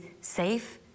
safe